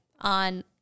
on